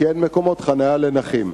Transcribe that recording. כי אין מקומות חנייה לנכים.